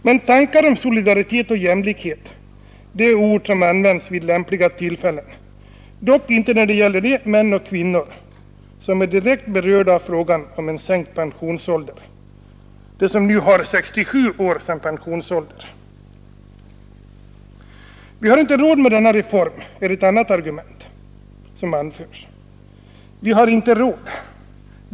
Men tankar om solidaritet och jämlikhet, det är ord som används vid lämpliga tillfällen, dock inte när det gäller de människor och kvinnor som är direkt berörda av frågan om en sänkt pensionsålder, de som har 67 år som pensionsålder. Vi har inte råd med denna reform är ett annat argument som anförts. Vi har inte råd!